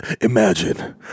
Imagine